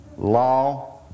law